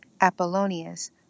Apollonius